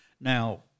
now